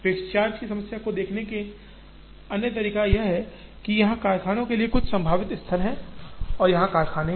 fixed charge की समस्या को देखने का अन्य तरीका यह है कि यहाँ कारखानों के लिए कुछ संभावित स्थल हैं और यहाँ ग्राहक हैं